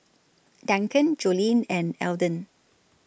Duncan Jolene and Elden